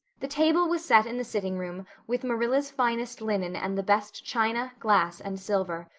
the table was set in the sitting room, with marilla's finest linen and the best china, glass, and silver.